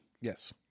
Yes